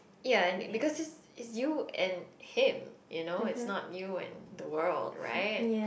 ya because it's it's you and him you know it's not you and the world right